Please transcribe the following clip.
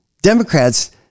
Democrats